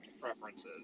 preferences